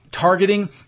targeting